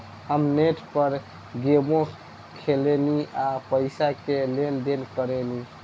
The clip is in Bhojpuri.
हम नेट पर गेमो खेलेनी आ पइसो के लेन देन करेनी